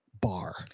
bar